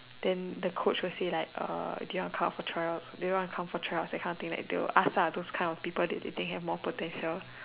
then the Coach will say like do you want to come for trials do you want to come for trials that kind of thing like they will ask ah those kind of people who they think have more potential